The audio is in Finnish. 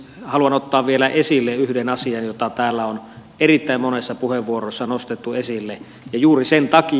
haluan ottaa vielä esille yhden asian jota täällä on erittäin monessa puheenvuorossa nostettu esille ja juuri sen takia